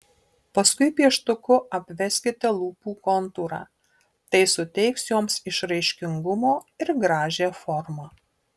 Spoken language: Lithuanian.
paskui pieštuku apveskite lūpų kontūrą tai suteiks joms išraiškingumo ir gražią formą